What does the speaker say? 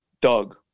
Doug